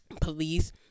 police